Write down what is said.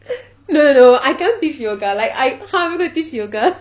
no no no I can't teach yoga like I how am I going to teach yoga